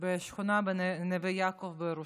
בשכונת נווה יעקב בירושלים.